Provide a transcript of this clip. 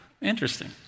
Interesting